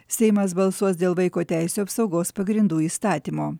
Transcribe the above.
seimas balsuos dėl vaiko teisių apsaugos pagrindų įstatymo